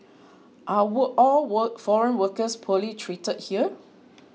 are war all war foreign workers poorly treated here